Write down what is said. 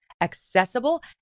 accessible